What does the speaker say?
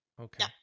Okay